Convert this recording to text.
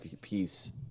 piece